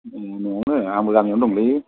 न'आवनो आंबो गामियावनो दंलै